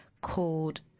called